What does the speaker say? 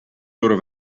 loro